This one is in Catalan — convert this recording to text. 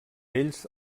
ells